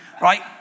Right